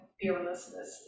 fearlessness